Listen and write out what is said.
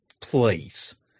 please